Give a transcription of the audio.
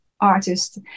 artist